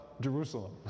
Jerusalem